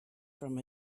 from